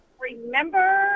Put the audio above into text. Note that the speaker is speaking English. remember